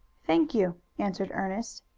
thank you, answered ernest.